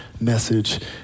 message